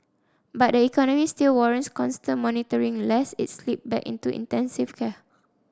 but the economy still warrants constant monitoring lest it slip back into intensive care